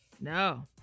No